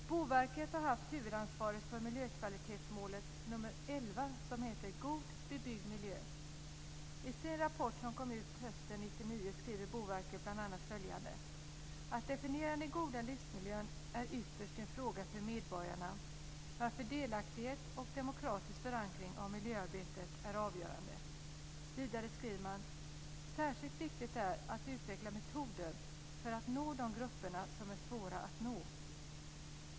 Boverket har haft huvudansvaret för miljökvalitetsmål nr 11 som heter God Bebyggd miljö. I sin rapport som kom ut hösten 1999 skriver Boverket bl.a. följande: "Att definiera den goda livsmiljön är ytterst en fråga för medborgarna varför delaktighet och demokratisk förankring av miljöarbetet är avgörande. - Särskilt viktigt är det att utveckla metoder att nå de grupper som är svåra att nå."